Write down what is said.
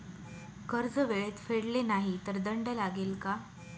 कर्ज वेळेत फेडले नाही तर दंड लागेल का?